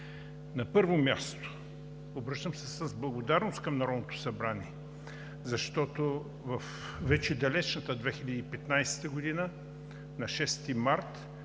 На първо място, обръщам се с благодарност към Народното събрание, защото в далечната 2015 г., на 6 март,